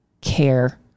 care